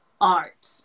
art